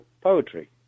poetry